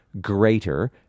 greater